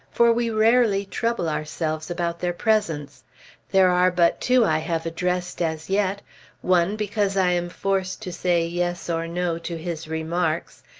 for we rarely trouble ourselves about their presence there are but two i have addressed as yet one because i am forced to say yes or no to his remarks,